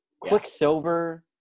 Quicksilver